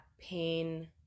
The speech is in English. pain